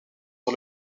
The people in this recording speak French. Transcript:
sur